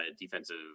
defensive